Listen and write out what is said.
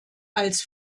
als